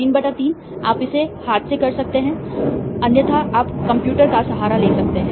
3 3 आप इसे हाथ से कर सकते हैं अन्यथा आप कंप्यूटर का सहारा लेते हैं